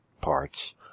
parts